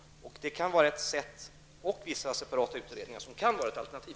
Detta och vissa separata utredningar kan vara ett alternativ.